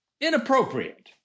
inappropriate